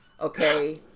Okay